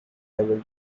level